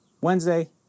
Wednesday